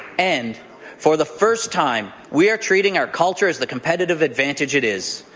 and for the first time, we are treating our culture as the competitive advantage it is.